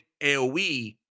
AOE